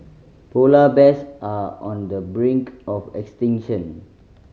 polar bears are on the brink of extinction